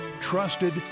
Trusted